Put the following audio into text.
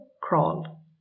Crawl